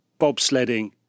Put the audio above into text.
bobsledding